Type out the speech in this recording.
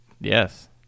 Yes